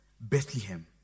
Bethlehem